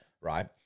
Right